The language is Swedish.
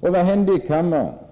Vad hände i kammaren?